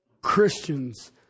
Christians